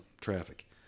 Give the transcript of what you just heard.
traffic